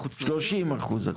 ואתה רוצה להגיע ל-30 אחוז.